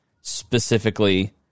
specifically